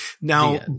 Now